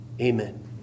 Amen